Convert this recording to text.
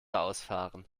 ausfahren